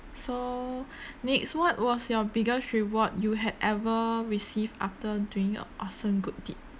so next what was your biggest reward you had ever received after doing a awesome good deed